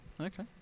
Okay